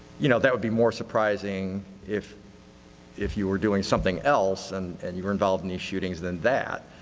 you know, that would be more surprising if if you were doing something else and and you were involved in these shootings than that.